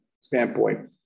standpoint